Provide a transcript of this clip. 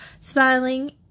smiling